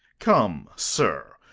come, sir,